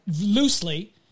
loosely